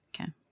Okay